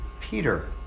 Peter